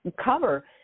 cover